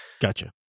Gotcha